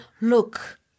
Look